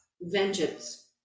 vengeance